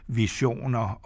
visioner